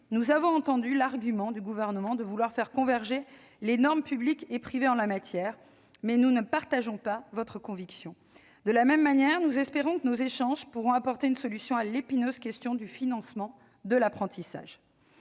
nous avons entendu l'argument du Gouvernement, qui souhaite faire converger les normes publiques et privées en la matière, nous ne partageons pas votre conviction, monsieur le secrétaire d'État. De la même manière, nous espérons que nos échanges pourront apporter une solution à l'épineuse question du financement de l'apprentissage.